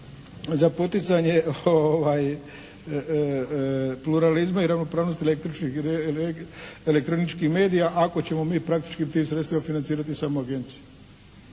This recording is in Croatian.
Za poticanje pluralizma i ravnopravnosti elektroničkih medija ako ćemo mi praktički tim sredstvima financirati samu agenciju.